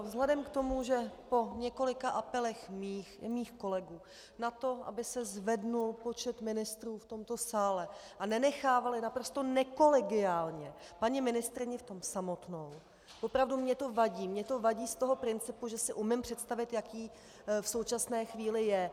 Vzhledem k tomu, že po několika apelech mých i mých kolegů na to, aby se zvedl počet ministrů v tomto sále a nenechávali v tom naprosto nekolegiálně paní ministryni samotnou opravdu, mně to vadí, mně to vadí z toho principu, že si umím představit, jak jí v současné chvíli je.